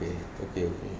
okay okay okay